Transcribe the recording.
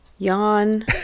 yawn